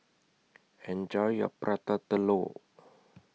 Enjoy your Prata Telur